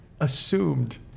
assumed